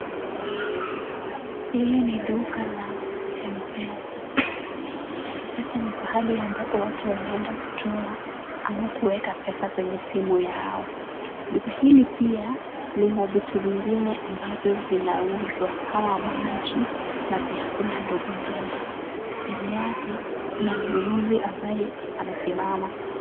Hili ni duka la mpesa. Mpesa ni pahali ambapo watu wanenda kutoa au kuweka pesa kwenye simu yao. Duka hili pia lina vitu vingine ambavyo vinauzwa kama maji na vyakula ndogondogo. Mbele yake kuna mnunuzi ambaye amesimama.